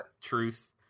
Truth